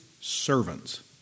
servants